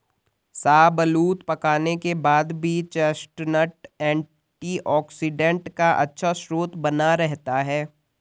शाहबलूत पकाने के बाद भी चेस्टनट एंटीऑक्सीडेंट का अच्छा स्रोत बना रहता है